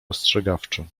ostrzegawczo